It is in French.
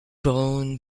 brown